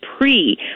pre